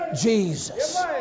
Jesus